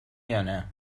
یانه